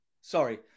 sorry